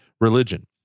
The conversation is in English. religion